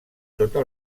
tota